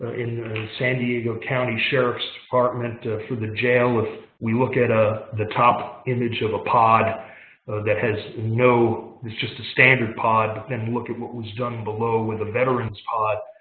in san diego county sheriff's department, for the jail, if we look at ah the top image of a pod that has no it's just a standard pod. then look at what was done below with the veterans pod.